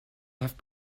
have